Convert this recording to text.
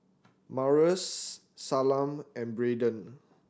Marius Salma and Braiden